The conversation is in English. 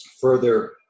further